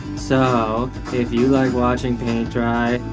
so if you like watching paint dry,